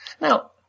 Now